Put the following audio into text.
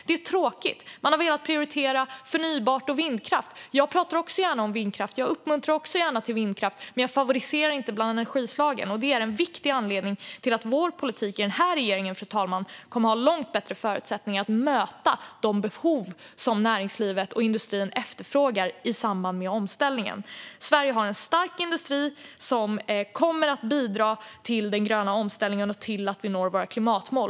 Det är tråkigt. De har velat prioritera förnybart och vindkraft. Jag pratar också gärna om vindkraft, och jag uppmuntrar också gärna till vindkraft. Men jag favoriserar inte bland energislagen. Och det är en viktig anledning till att vår politik i den här regeringen kommer att ha långt bättre förutsättningar att möta de behov som näringslivet och industrin har i samband med omställningen. Sverige har en stark industri som kommer att bidra till den gröna omställningen och till att vi når våra klimatmål.